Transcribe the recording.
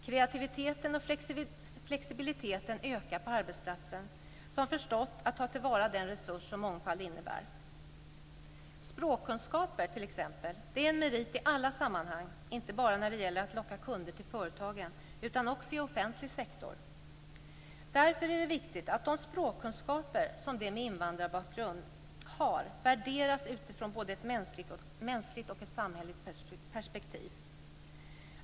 Kreativiteten och flexibiliteten ökar på de arbetsplatser som förstått att ta till vara den resurs som mångfald innebär. Språkkunskaper t.ex. är en merit i alla sammanhang, inte bara när det gäller att locka kunder till företagen utan också i offentlig sektor. Därför är det viktigt att de språkkunskaper som de med invandrarbakgrund har värderas utifrån både ett mänskligt och ett samhälleligt perspektiv.